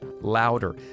louder